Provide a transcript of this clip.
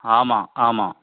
ஆமாம் ஆமாம்